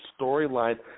storyline